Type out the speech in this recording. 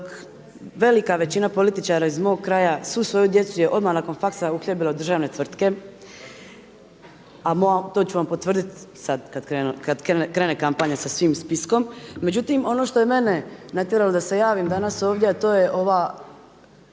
dok velika većina političara iz mog kraja svu svoju djecu je odmah nakon faksa uhljebila u državne tvrtke a to ću vam potvrditi sada kada krene kampanja sa svim spiskom. Međutim, ono što je mene natjeralo da se javim danas ovdje a to je ovaj